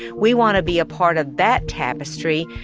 we want to be a part of that tapestry,